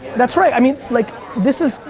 that's right. i mean, like this is,